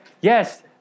yes